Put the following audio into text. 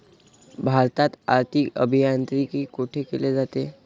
भारतात आर्थिक अभियांत्रिकी कोठे केले जाते?